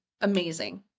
amazing